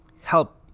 help